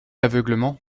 aveuglement